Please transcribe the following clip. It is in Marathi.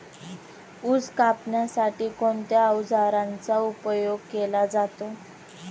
ऊस कापण्यासाठी कोणत्या अवजारांचा उपयोग केला जातो?